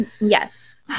yes